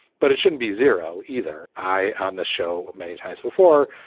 but it shouldn't be zero either i, on the show many times before,